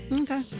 Okay